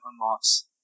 unlocks